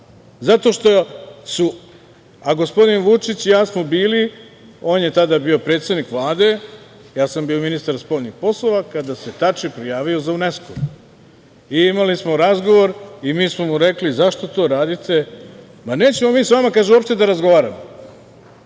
Interpolu. Gospodin Vučić i ja smo bili, on je tada bio predsednik Vlade a ja sam bio ministar spoljnih poslova, kada se Tači prijavio za UNESKO. Imali smo razgovor i mi smo mu rekli - zašto to radite, a oni kažu - ma, nećemo mi sa vama uopšte da razgovaramo.